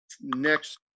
next